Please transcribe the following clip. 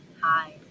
hi